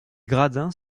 gradins